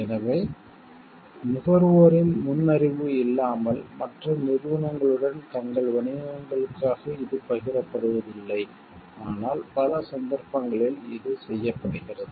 எனவே நுகர்வோரின் முன் அறிவு இல்லாமல் மற்ற நிறுவனங்களுடன் தங்கள் வணிகங்களுக்காக இது பகிரப்படுவதில்லை ஆனால் பல சந்தர்ப்பங்களில் இது செய்யப்படுகிறது